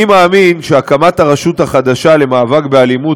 אני מאמין שהקמת הרשות החדשה למאבק באלימות,